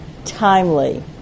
timely